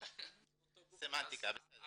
סמנטיקה, בסדר.